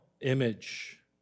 image